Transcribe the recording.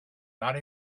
not